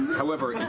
however,